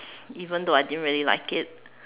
even though I didn't really like it